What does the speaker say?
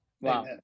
Wow